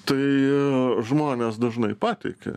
tai žmonės dažnai patiki